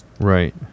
Right